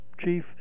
chief